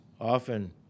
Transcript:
often